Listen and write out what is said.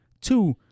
two